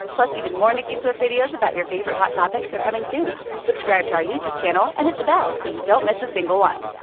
plus, even more nicki swift videos about your favorite hot topics are coming soon. subscribe to our youtube channel and hit the bell so you don't miss a single one.